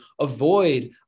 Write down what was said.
avoid